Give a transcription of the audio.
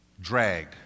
Drag